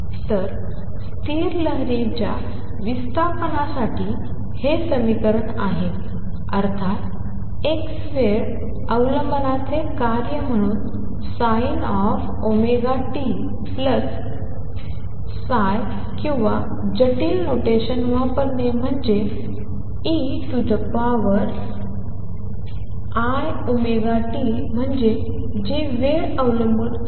तर स्थिर लहरीच्या विस्थापनासाठी हे समीकरण आहे अर्थात x वेळ अवलंबनाचे कार्य म्हणून sin⁡ωtϕ किंवा जटिल नोटेशन वापरणे म्हणजे eiωt म्हणजे वेळ अवलंबून असणे